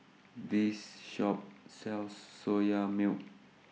This Shop sells Soya Milk